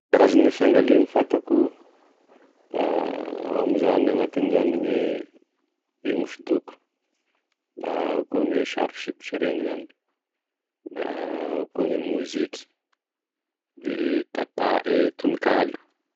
Karazagne fiangaliagny fantako da ao amzany anatin'zany gne hosodoko, da ao koa gne sarosikotry reny zany, da ao koa gne moziky de tanta- e tononkalo.